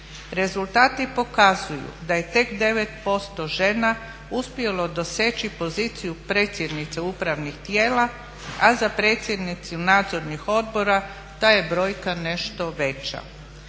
Rezultati pokazuju da je tek 9% žena uspjelo doseći poziciju predsjednice upravnih tijela, a za predsjednicu nadzornih odbora ta je brojka nešto veća.